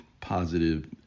positive